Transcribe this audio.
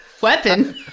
weapon